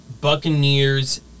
Buccaneers